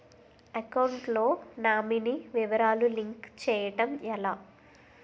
Account లో nominee వివరాలు link చేయటం ఎలా?